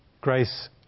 Grace